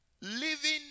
living